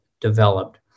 developed